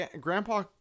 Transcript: grandpa